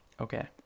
Okay